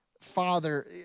Father